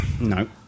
No